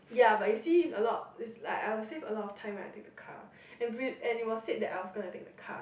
ya but you see is a lot is like I'll save a lot time of time when I'm take a car and she will said like I was take a car